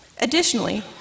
Additionally